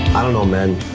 i don't know man,